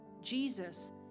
Jesus